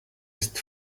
ist